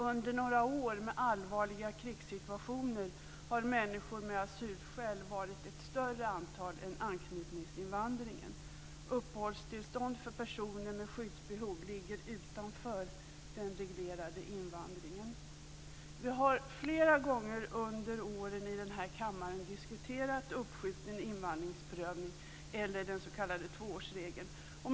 Under några år med allvarliga krigssituationer har människor med asylskäl utgjort ett större antal än anknytningsinvandringen. Uppehållstillstånd för personer med skyddsbehov ligger utanför den reglerade invandringen. Vi har flera gånger under åren i den här kammaren diskuterat uppskjuten invandringsprövning eller den s.k. tvåårsregeln.